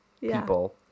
people